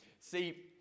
see